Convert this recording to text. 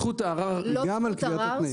זכות הערר --- לא זכות ערר,